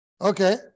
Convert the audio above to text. Okay